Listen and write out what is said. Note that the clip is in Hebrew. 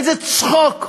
איזה צחוק.